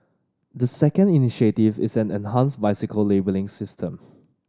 the second initiative is an enhanced bicycle labelling system